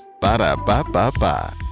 Ba-da-ba-ba-ba